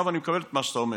ואני מקבל את מה שאתה אומר,